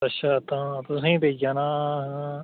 अच्छा तां तुसें ई पेई जाना